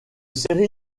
série